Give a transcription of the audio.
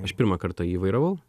aš pirmą kartą jį vairavau